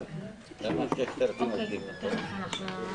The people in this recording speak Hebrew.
בסוף אנחנו צריכים את ההיגיון.